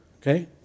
Okay